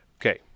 Okay